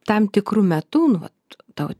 tam tikru metu nu vat tau